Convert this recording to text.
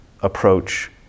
approach